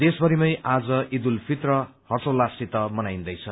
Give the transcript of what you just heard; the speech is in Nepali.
देशमरिमै आज इद उल फितर हर्षोल्लाससित मनाइन्दैछ